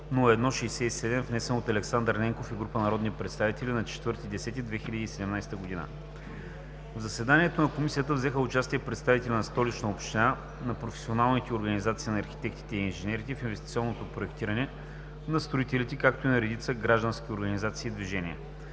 внесен от Александър Ненков и група народни представители на 4 октомври 2017 г. В заседанието на Комисията взеха участие представители на Столичната община, на професионалните организации на архитектите и инженерите в инвестиционното проектиране, на строителите, както и на редица граждански организации и движения.